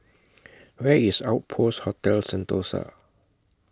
Where IS Outpost Hotel Sentosa